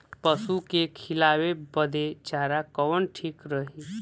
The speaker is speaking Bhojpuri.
पशु के खिलावे बदे चारा कवन ठीक रही?